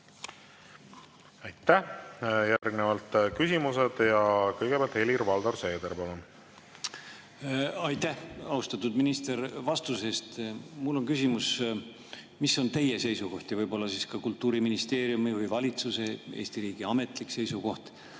Aitäh! Järgnevalt küsimused. Kõigepealt Helir-Valdor Seeder, palun! Aitäh, austatud minister, vastuse eest! Mul on küsimus. Mis on teie seisukoht – ja võib-olla siis ka Kultuuriministeeriumi või valitsuse, Eesti riigi ametlik seisukoht